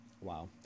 Wow